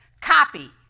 copy